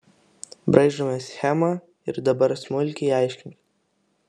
braižome schemą ir dabar smulkiai aiškink